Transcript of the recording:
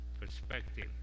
perspective